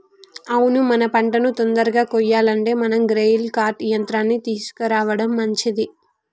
అవును మన పంటను తొందరగా కొయ్యాలంటే మనం గ్రెయిల్ కర్ట్ యంత్రాన్ని తీసుకురావడం మంచిది